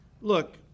Look